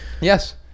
yes